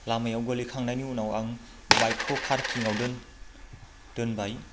लामायाव गोलैखांनायनि उनाव आं बाइकखौ पार्किङाव दोनबाय